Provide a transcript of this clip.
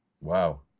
Wow